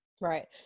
Right